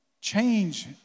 change